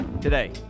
today